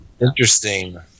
Interesting